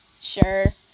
sure